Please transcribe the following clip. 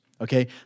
okay